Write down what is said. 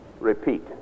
repeat